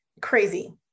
crazy